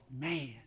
man